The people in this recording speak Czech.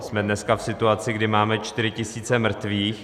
Jsme dneska v situaci, kdy máme 4 tisíce mrtvých.